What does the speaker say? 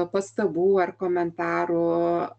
pastabų ar komentarų